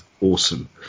Awesome